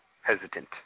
hesitant